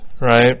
right